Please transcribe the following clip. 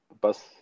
bus